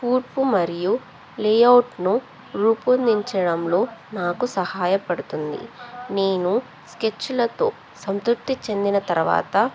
పూర్పు మరియు లేఅవుట్ను రూపొందించడంలో నాకు సహాయపడుతుంది నేను స్కెచ్లతో సంతృప్తి చెందిన తర్వాత